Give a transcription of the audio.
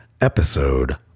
Episode